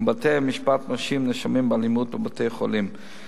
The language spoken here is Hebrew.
ובתי-המשפט מרשיעים נאשמים באלימות בבתי-חולים.